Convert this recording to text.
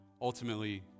ultimately